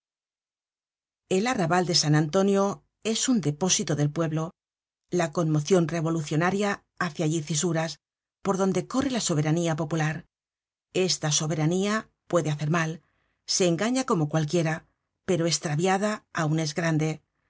el arrabal de san antonio es un depósito del pueblo la conmocion revolucionaria hace allí cisuras por donde correla soberanía popular esta soberanía puede hacer mal se engaña como cualquiera pero estraviada aun es grande